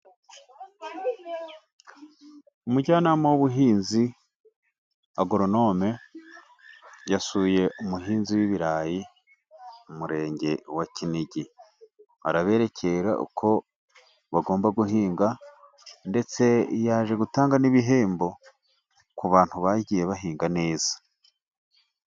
Umujyanama w'ubuhinzi Agoronone yasuye umuhinzi w'ibirayi mu Murenge wa Kinigi, araberekera uko bagomba guhinga ndetse yaje gutanga n'ibihembo ku bantu bagiye bahinga neza.